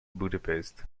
budapest